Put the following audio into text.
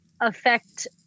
affect